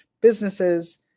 businesses